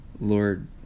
Lord